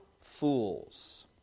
fools